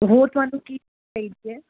ਹੋਰ ਤੁਹਾਨੂੰ ਕੀ ਚਾਹੀਦੇ ਆ